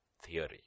theory